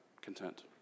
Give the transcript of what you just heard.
content